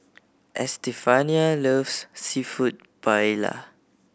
Estefania loves Seafood Paella